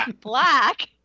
Black –